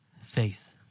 faith